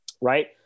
right